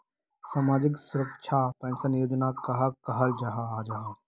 सामाजिक सुरक्षा पेंशन योजना कहाक कहाल जाहा जाहा?